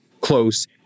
close